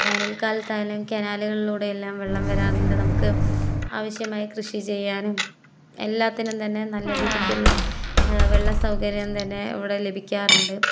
വേനല്ക്കാലത്തായാലും കനാലുകളിലൂടെയെല്ലാം വെള്ളം വരാറുണ്ട് നമുക്ക് ആവശ്യമായ കൃഷി ചെയ്യാനും എല്ലാറ്റിനും തന്നെ നല്ല രീതിക്കുള്ള വെള്ളസൗകര്യം തന്നെ ഇവിടെ ലഭിക്കാറുണ്ട്